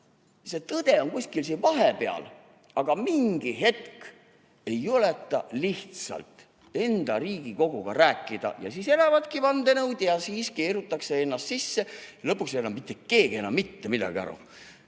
et tõde on kuskil siin vahepeal, aga mingi hetk ei juleta lihtsalt enda Riigikoguga rääkida ja siis elavadki vandenõud ja siis keerutatakse ennast sisse. Lõpuks ei saa enam mitte keegi mitte midagi aru.